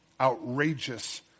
outrageous